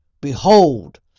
behold